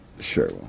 Sure